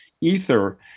ether